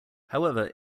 however